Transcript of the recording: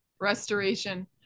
Restoration